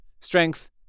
Strength